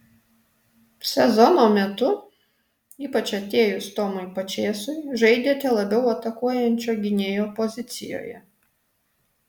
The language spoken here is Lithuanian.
sezono metu ypač atėjus tomui pačėsui žaidėte labiau atakuojančio gynėjo pozicijoje